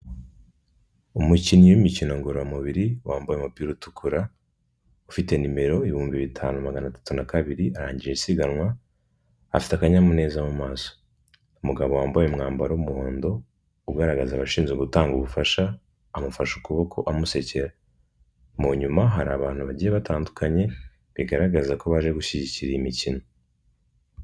Umukinnyi w'imikino ngororamubiri wambaye umupira utukura, ufite nimero ibihumbi bitanu magana atatu na kabiri arangije isiganwa, afite akanyamuneza mu maso. Umugabo wambaye umwambaro w'umuhondo ugaragaza abashinzwe gutanga ubufasha, amufashe ukuboko amusekera. Mu nyuma hari abantu bagiye batandukanye bigaragaza ko baje gushyigikira iyi mikino.